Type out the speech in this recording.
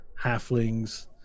halflings